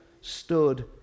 stood